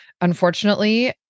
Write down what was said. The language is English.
unfortunately